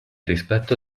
rispetto